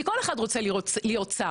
כי כל אחד רוצה להיות שר,